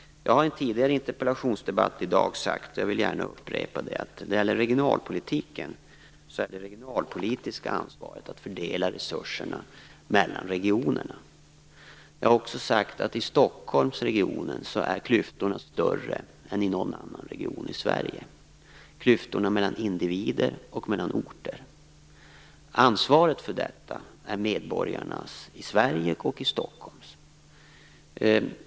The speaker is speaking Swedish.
Jag har i en tidigare interpellationsdebatt i dag sagt - och jag vill gärna upprepa det - att det är ett regionalpolitiskt ansvar att fördela resurserna mellan regionerna. Jag har också sagt att klyftorna i Stockholmsregionen är större än i någon annan region i Sverige. Det handlar om klyftor mellan individer och mellan orter. Ansvaret för detta är medborgarnas, i Sverige och i Stockholm.